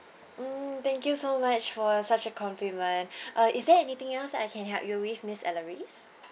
mm thank you so much for such a compliment uh is there anything else that I can help you with miss alarise